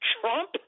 Trump